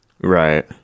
right